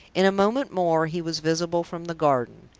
in a moment more he was visible from the garden.